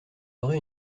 aurez